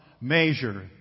measure